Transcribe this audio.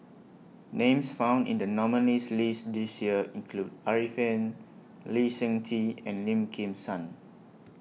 Names found in The nominees' list This Year include Arifin Lee Seng Tee and Lim Kim San